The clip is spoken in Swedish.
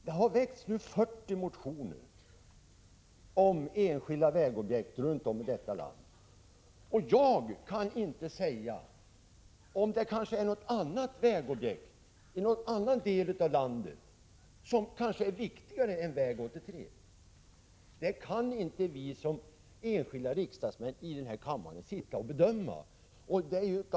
Det har väckts ett fyrtiotal motioner om enskilda vägobjekt runt om i landet, men jag kan inte säga om det är något annat vägobjekt i någon annan del av landet som är viktigare än väg 83. Detta kan inte vi enskilda riksdagsmän sitta och bedöma här i kammaren.